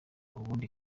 ubundi